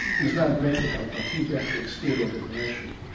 and is now greatly helped by paediatric steroid inhalation.